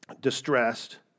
distressed